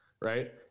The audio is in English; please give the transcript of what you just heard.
right